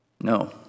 No